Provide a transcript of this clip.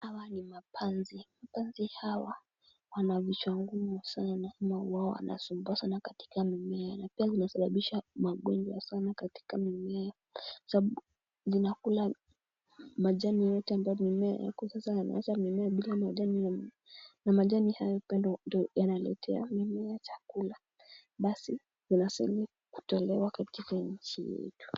Hawa ni mapanzi, mapanzi hawa wana vichwa ngumu sana na huwa wanasumbua sana katika mimea na pia wanasababisha magonjwa sana katika mimea. Sababu zinakula majani yote ambayo mimea yakuwa sasa mimea bila majani na majani hayo pia ndo ndo yanaletea mimea chakula basi wanastahili kutolewa katika nchi yetu.